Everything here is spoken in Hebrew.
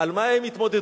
על מה הם יתמודדו?